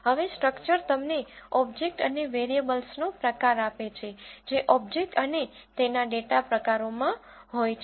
હવે સ્ટ્રક્ચર તમને ઓબ્જેક્ટ અને વેરિયેબલ્સનો પ્રકાર આપે છે જે ઓબ્જેક્ટ અને તેના ડેટા પ્રકારો માં હોય છે